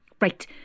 Right